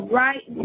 right